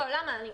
לא, למה?